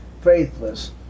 faithless